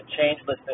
changelessness